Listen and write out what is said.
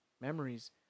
memories